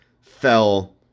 fell